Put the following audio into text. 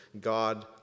God